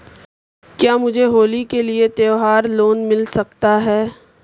क्या मुझे होली के लिए त्यौहार लोंन मिल सकता है?